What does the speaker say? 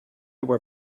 were